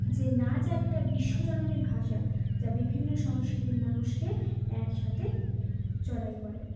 যে নাচ একটা বিশ্বজনীন ভাষা যা বিভিন্ন সংস্কৃতির মানুষকে একসাথে জড়ো করে